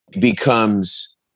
becomes